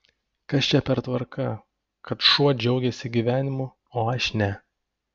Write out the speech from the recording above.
kas čia per tvarka kad šuo džiaugiasi gyvenimu o aš ne